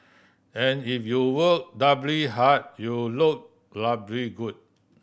and if you work doubly hard you look doubly good